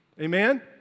Amen